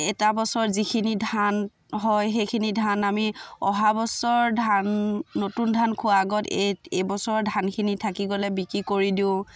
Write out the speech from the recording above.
এটা বছৰ যিখিনি ধান হয় সেইখিনি ধান আমি অহাবছৰ ধান নতুন ধান খোৱা আগত এই এইবছৰৰ ধানখিনি থাকি গ'লে বিক্ৰী কৰি দিওঁ